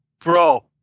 Bro